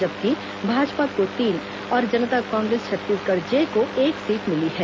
जबकि भाजपा को तीन और जनता कांग्रेस छत्तीसगढ़ जे को एक सीट मिली है